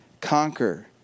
conquer